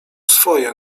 swoje